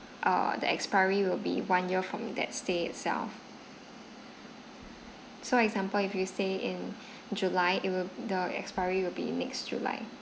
uh the expiry will be one year from that stay itself so example if you stay in july it will the expiry will be next july